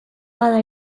bada